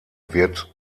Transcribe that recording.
wird